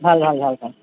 ভাল ভাল ভাল